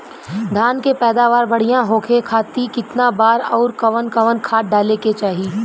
धान के पैदावार बढ़िया होखे खाती कितना बार अउर कवन कवन खाद डाले के चाही?